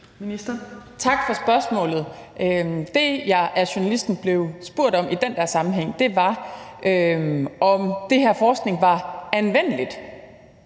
Tak for spørgsmålet. Det, jeg af journalisten blev spurgt om i den der sammenhæng, var, om den her forskning var anvendelig